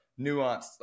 nuanced